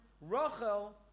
Rachel